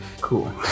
Cool